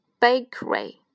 Bakery